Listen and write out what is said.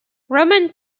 roman